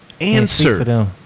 answer